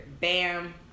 bam